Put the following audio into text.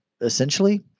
essentially